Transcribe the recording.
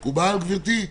מקובל, גברתי?